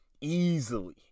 Easily